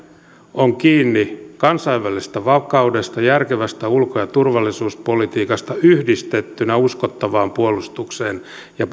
on kiinni kansainvälisestä vakaudesta järkevästä ulko ja turvallisuuspolitiikasta yhdistettynä uskottavaan puolustukseen ja